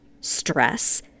stress